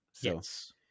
Yes